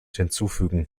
hinzufügen